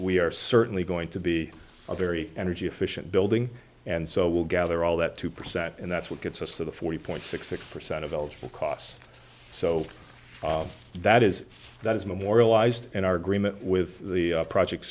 we are certainly going to be a very energy efficient building and so we'll gather all that two percent and that's what gets us to the forty six percent of eligible costs so that is that is memorialized in our agreement with the project